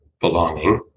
belonging